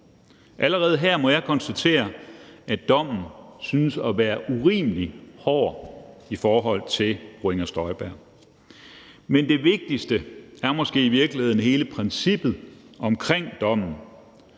Allerede her må jeg konstatere, at dommen synes at være urimelig hård i forhold til fru Inger Støjberg. Men det vigtigste er måske i virkeligheden hele princippet omkring dommen.